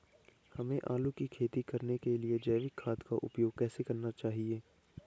हमें आलू की खेती करने के लिए जैविक खाद का उपयोग कैसे करना चाहिए?